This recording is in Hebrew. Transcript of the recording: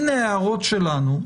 הנה ההערות שלנו,